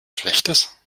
schlechtes